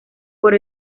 por